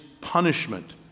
punishment